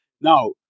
Now